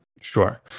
Sure